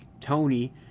Tony